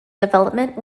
development